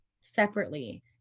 separately